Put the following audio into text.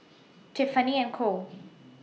Tiffany and Co